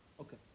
Okay